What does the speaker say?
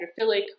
hydrophilic